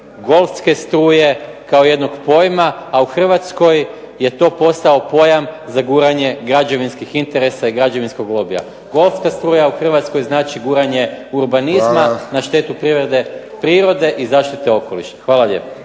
golfske struje kao jednog pojma, a u Hrvatskoj je to postao pojam za guranje građevinskih interesa i građevinskog lobija. Golfska struja u Hrvatskoj znači guranje urbanizma na štetu prirode i zaštite okoliša. Hvala lijepa.